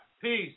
Peace